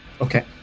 Okay